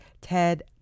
Ted